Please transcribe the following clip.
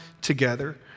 together